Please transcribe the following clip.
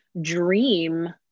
dream